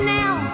now